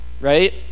right